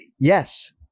Yes